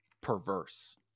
perverse